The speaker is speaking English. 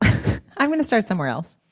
i'm going to start somewhere else